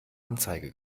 anzeige